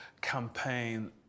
campaign